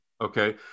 Okay